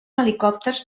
helicòpters